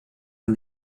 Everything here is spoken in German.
von